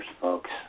folks